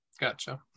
gotcha